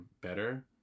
better